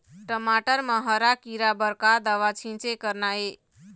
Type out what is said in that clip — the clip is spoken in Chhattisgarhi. टमाटर म हरा किरा बर का दवा के छींचे करना ये?